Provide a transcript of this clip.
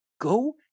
Go